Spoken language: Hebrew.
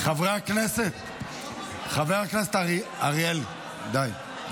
חברי הכנסת, חבר הכנסת אריאל, די.